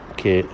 che